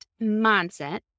mindset